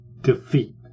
Defeat